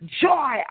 joy